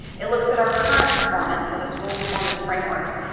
it looks at our current performance, so the school performance frameworks.